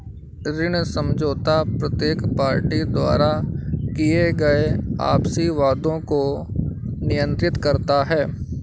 ऋण समझौता प्रत्येक पार्टी द्वारा किए गए आपसी वादों को नियंत्रित करता है